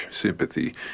sympathy